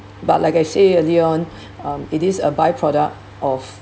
but like I say earlier on um it is a by-product of